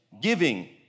giving